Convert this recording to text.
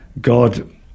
God